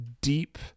deep